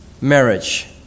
marriage